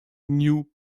new